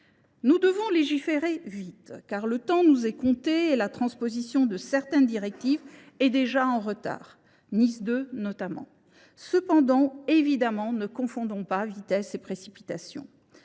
Nous devons légiférer vite, car le temps nous est compté et la transposition de certaines dispositions est déjà en retard. C’est le cas notamment de NIS 2. Pour autant, ne confondons pas vitesse et précipitation.